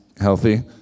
healthy